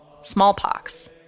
smallpox